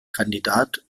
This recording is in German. kandidat